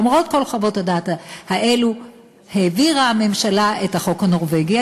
למרות כל חוות הדעת האלה העבירה הממשלה את החוק הנורבגי.